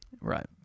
Right